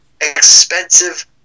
expensive